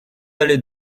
allée